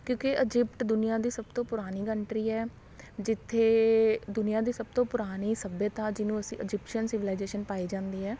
ਕਿਉਂਕਿ ਇਜ਼ਿਪਟ ਦੁਨੀਆ ਦੀ ਸਭ ਤੋਂ ਪੁਰਾਣੀ ਕੰਟਰੀ ਹੈ ਜਿੱਥੇ ਦੁਨੀਆ ਦੀ ਸਭ ਤੋਂ ਪੁਰਾਣੀ ਸੱਭਿਅਤਾ ਜਿਹਨੂੰ ਅਸੀਂ ਇਜਿਪਸ਼ਨ ਸਿਵਲਾਈਜੇਸ਼ਨ ਪਾਈ ਜਾਂਦੀ ਹੈ